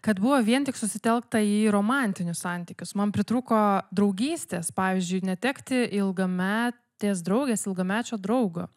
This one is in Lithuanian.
kad buvo vien tik susitelkta į romantinius santykius man pritrūko draugystės pavyzdžiui netekti ilgametės draugės ilgamečio draugo